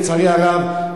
לצערי הרב,